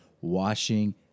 washing